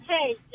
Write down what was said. Hey